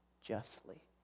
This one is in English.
justly